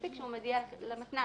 מספיק שהוא מודיע למתנ"ס